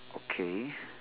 okay